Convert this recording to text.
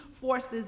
forces